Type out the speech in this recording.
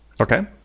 Okay